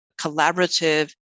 collaborative